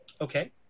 Okay